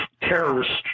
terrorists